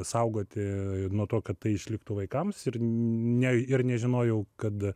saugoti nuo to kad tai išliktų vaikams ir ne ir nežinojau kad